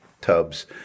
tubs